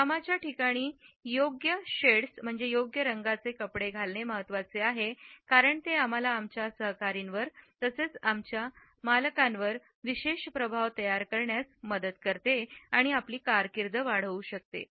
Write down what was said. कामाच्या ठिकाणी योग्य शेड्स म्हणजे योग्य रंगाचे कपडे घालणे महत्वाचे आहे कारण ते आम्हाला आमच्या सहकारींवर तसेच आमच्या मालकांवर विशेष प्रभाव तयार करण्यात मदत करते आणि आपली कारकीर्द वाढवू शकतो